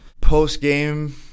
post-game